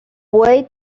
boy